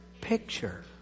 picture